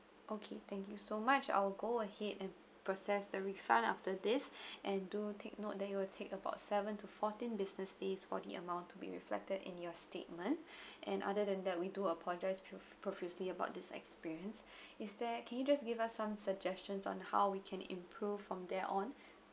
okay thank you so much I will go ahead and process the refund after this and do take note that it will take about seven to fourteen business days for the amount to be reflected in your statement and other than that we do apologize prof~ profusely about this experience is there can you just give us some suggestions on how we can improve from there on